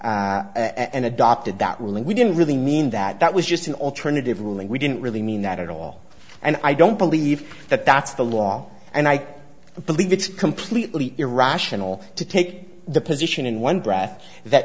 opinion and adopted that ruling we didn't really mean that that was just an alternative ruling we didn't really mean that at all and i don't believe that that's the law and i believe it's completely irrational to take the position in one breath that